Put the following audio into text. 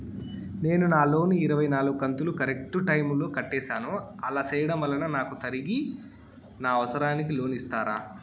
నేను నా లోను ఇరవై నాలుగు కంతులు కరెక్టు టైము లో కట్టేసాను, అలా సేయడం వలన నాకు తిరిగి నా అవసరానికి లోను ఇస్తారా?